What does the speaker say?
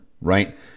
right